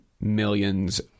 millions